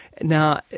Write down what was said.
Now